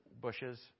bushes